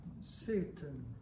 Satan